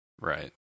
Right